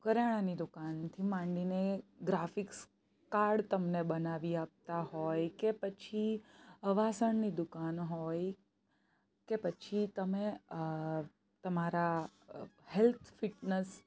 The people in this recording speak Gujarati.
કરિયાણાની દુકાનથી માંડીને ગ્રાફિક્સ કાર્ડ તમને બનાવી આપતા હોય કે પછી આ વાસણની દુકાન હોય કે પછી તમે તમારા હેલ્થ ફિટનસ